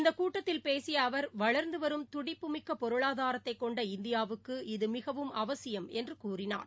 இந்தகூட்டத்தில் பேசியஅவர் வளர்ந்துவரும் துடிப்பு மிக்கபொருளாதாரத்தைகொண்ட இந்தியாவுக்கு இது மிகவும் அவசியம் என்றுகூறினார்